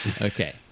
okay